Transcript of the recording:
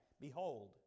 Behold